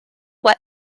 whet